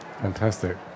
Fantastic